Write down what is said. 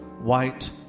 white